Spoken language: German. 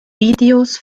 videos